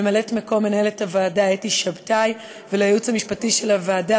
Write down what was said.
ממלאת-מקום מנהלת הוועדה אתי שבתאי והייעוץ המשפטי של הוועדה,